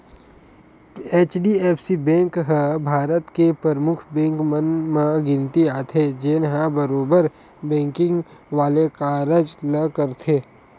HDFC bank ह भारत के परमुख बेंक मन म गिनती आथे, जेनहा बरोबर बेंकिग वाले कारज ल करथे